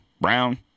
brown